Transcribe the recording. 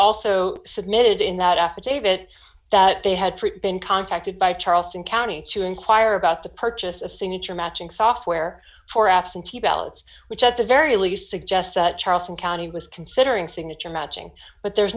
also submitted in that affidavit that they had been contacted by charleston county to inquire about the purchase of signature matching software for absentee ballots which at the very least suggests that charleston county was considering signature matching but there